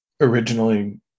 originally